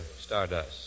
Stardust